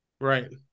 Right